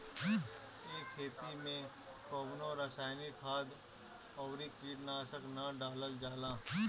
ए खेती में कवनो रासायनिक खाद अउरी कीटनाशक ना डालल जाला